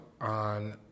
on